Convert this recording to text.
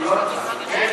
אין שר.